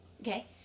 Okay